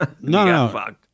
no